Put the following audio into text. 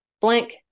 blank